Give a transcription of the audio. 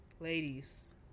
ladies